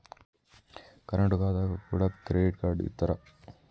Current ఖాతాకు కూడా credit card ఇత్తరా?